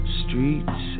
streets